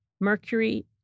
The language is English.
Mercury